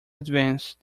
advanced